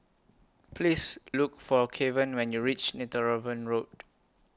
Please Look For Kevan when YOU REACH Netheravon Road